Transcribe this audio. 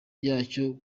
yacyo